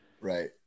Right